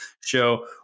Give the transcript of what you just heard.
show